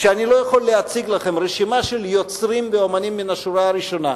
שאני לא יכול להציג לכם רשימה של יוצרים ואמנים מן השורה הראשונה,